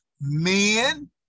men